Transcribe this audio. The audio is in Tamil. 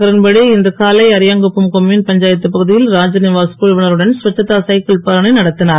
கிரண்பேடி இன்று காலை அரியாங்குப்பம் கொம்யூன் பஞ்சாய்த்து பகுதியில் ராஜ்நிவாஸ் குழவினருடன் ஸ்வச்சதா சைக்கிள் பேரணி நடத்திஞர்